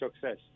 success